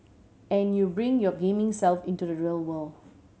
and you bring your gaming self into the real world